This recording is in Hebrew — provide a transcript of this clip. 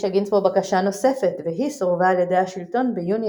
הגישה גינצבורג בקשה נוספת והיא סורבה על ידי השלטון ביוני